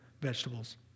vegetables